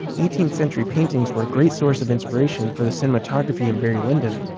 eighteenth century paintings were a great source of inspiration for the cinematography in barry lyndon.